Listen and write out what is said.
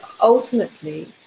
ultimately